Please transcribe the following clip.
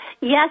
yes